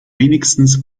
wenigstens